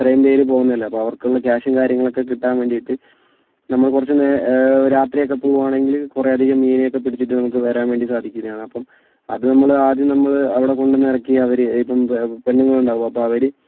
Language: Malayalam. ഇത്രയും പേർ പോകുന്നതല്ലേ അപ്പോൾ അവർക്കുള്ള ക്യാഷും കാര്യങ്ങളൊക്കെ കിട്ടാൻവേണ്ടിയിട്ട് നമ്മൾ കുറച്ചു നേ രാത്രിയൊക്കെ പോകുകയാണെങ്കിൽ കുറേയധികം മീനിനെയൊക്കെ പിടിച്ചിട്ട് നമുക്ക് വരാൻ വേണ്ടി സാധിക്കുന്നതാണ് അപ്പം അതുനമ്മൾ ആദ്യം നമ്മൾ അവിടെ കൊണ്ടു വന്നു ഇറക്കി അവർ ഇപ്പം പെണ്ണുങ്ങളുണ്ടാകും അപ്പോൾ അവർ